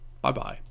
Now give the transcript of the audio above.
Bye-bye